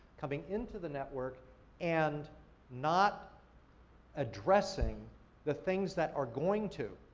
coming into the network and not addressing the things that are going to,